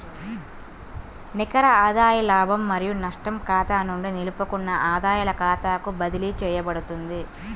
నికర ఆదాయ లాభం మరియు నష్టం ఖాతా నుండి నిలుపుకున్న ఆదాయాల ఖాతాకు బదిలీ చేయబడుతుంది